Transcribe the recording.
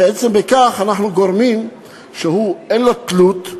בעצם בכך אנחנו גורמים לכך שאין לו תלות,